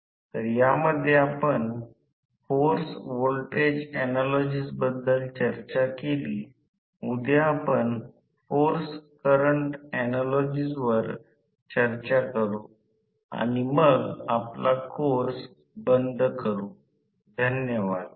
आणि स्टॅटर बाजू असलेल्या उत्तेजनाचा प्रवाह त्या मुख्य वरून काढलेला असणे आवश्यक आहे